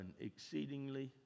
exceedingly